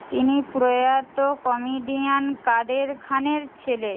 তিনি প্রয়াত কমিডিয়ান কাদের খানের ছেলে